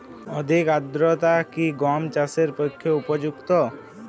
অধিক আর্দ্রতা কি গম চাষের পক্ষে উপযুক্ত?